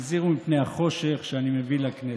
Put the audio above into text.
והזהירו מפני החושך שאני מביא לכנסת.